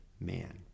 man